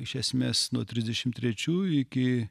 iš esmes nuo trisdešimt trečių iki